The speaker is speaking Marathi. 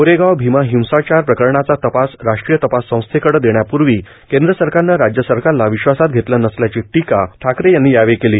कोरेगाव भीमा हिंसाचार प्रकरणाचा तपास राष्ट्रीय तपास संस्थेकडे देण्यापूर्वी केंद्र सरकारनं राज्य सरकारला विश्वासात घेतलं नसल्याची टीका ठाकरे यांनी यावेळी केली